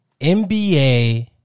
NBA